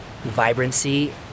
vibrancy